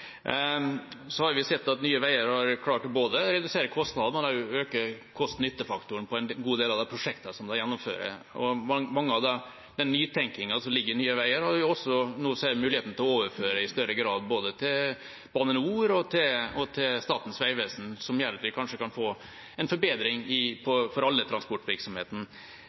har sett at Nye Veier har klart både å redusere kostnadene og å øke kost–nytte-faktoren for en god del av de prosjektene som de gjennomfører. Med den nytenkingen som ligger i Nye Veier, ser man nå en mulighet for å overføre i større grad til både Bane NOR og Statens vegvesen, som gjør at vi kanskje kan få en forbedring